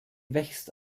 wächst